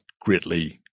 greatly